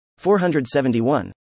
471